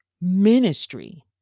ministry